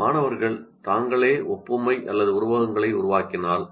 மாணவர்கள் தங்களை ஒத்த மற்றும் ஒப்புமைகளை உருவாக்கினால்